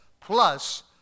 plus